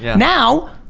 yeah now.